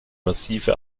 massive